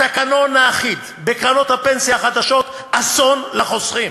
התקנון האחיד בקרנות הפנסיה החדשות, אסון לחוסכים.